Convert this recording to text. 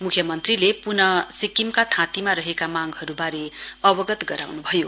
मुख्यमन्त्रीले पुन सिक्किमका थाँतीमा रहेका माँगहरुवारे अवगत गराउनुभयो